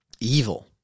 Evil